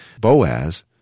Boaz